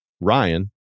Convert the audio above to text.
Ryan